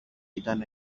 ήταν